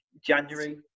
January